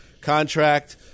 contract